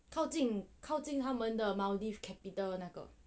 靠近靠近他们的 maldives capital 的那个